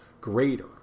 greater